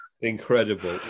Incredible